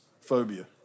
phobia